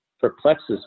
perplexes